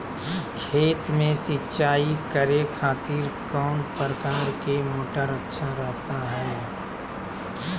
खेत में सिंचाई करे खातिर कौन प्रकार के मोटर अच्छा रहता हय?